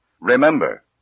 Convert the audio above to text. Remember